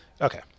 Okay